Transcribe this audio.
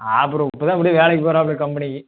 அப்புறம் இப்போதான் இப்படியே வேலைக்கு போகிறாப்புல கம்பெனிக்கு